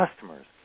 customers